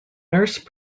nurse